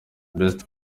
best